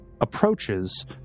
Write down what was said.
approaches